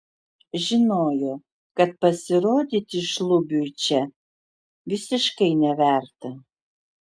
žinojo kad pasirodyti šlubiui čia visiškai neverta